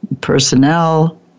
personnel